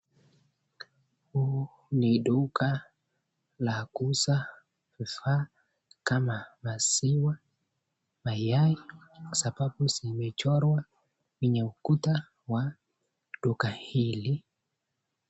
Huu ni duka wa kuuza bidhaa kama maziwa, mayai kwa sababu vimechorwa kenye ukuta wa duka hili.